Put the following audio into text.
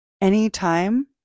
Anytime